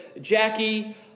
Jackie